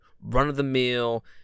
run-of-the-mill